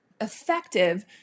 effective